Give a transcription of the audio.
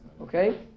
Okay